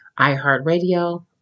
iHeartRadio